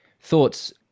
thoughts